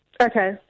Okay